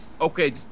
Okay